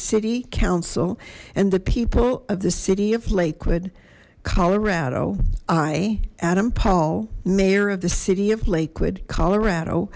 city council and the people of the city of lakewood colorado i adam paul mayor of the city of lakewood colorado